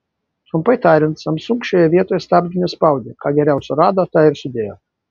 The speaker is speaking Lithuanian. trumpai tariant samsung šioje vietoje stabdžių nespaudė ką geriausio rado tą ir sudėjo